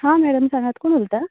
हां मॅडम सांगात कोण उलयता